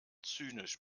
zynisch